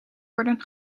worden